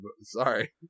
sorry